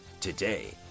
today